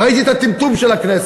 ראיתי את הטמטום של הכנסת,